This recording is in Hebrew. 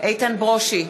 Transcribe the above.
איתן ברושי,